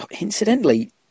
Incidentally